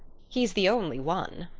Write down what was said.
he is the only one.